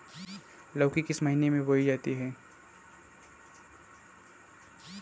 लौकी किस महीने में बोई जाती है?